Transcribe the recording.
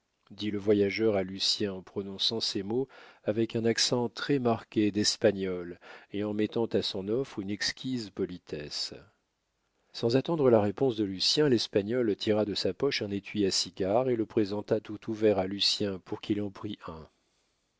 dit le voyageur à lucien en prononçant ces mots avec un accent très marqué d'espagnol et en mettant à son offre une exquise politesse sans attendre la réponse de lucien l'espagnol tira de sa poche un étui à cigares et le présenta tout ouvert à lucien pour qu'il en prît un